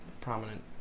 prominent